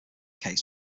case